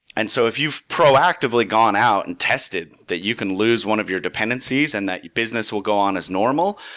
and so if you've proactively gone out and tested that you can lose one of your dependencies and that business will go on as normal,